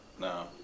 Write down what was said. No